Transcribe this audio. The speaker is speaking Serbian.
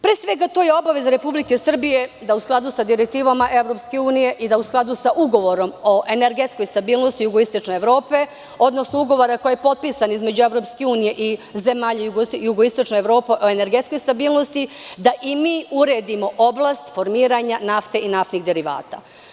Pre svega, to je obaveza Republike Srbije da u skladu sadirektivama EU i da u skladu sa ugovorom o energetskoj stabilnosti jugoistočne Evrope, odnosno ugovora koji je potpisan između EU i zemalja jugoistočne Evrope o energetskoj stabilnosti da i mi uredimo oblast formiranja nafte i naftnih derivata.